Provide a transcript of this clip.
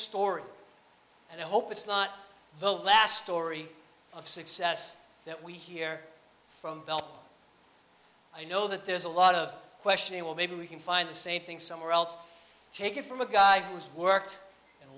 story and i hope it's not the last story of success that we hear from phelps i know that there's a lot of question well maybe we can find the same thing somewhere else take it from a guy who's worked